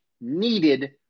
needed